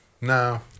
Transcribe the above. No